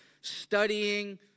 studying